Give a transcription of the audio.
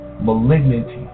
malignity